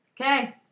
Okay